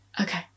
okay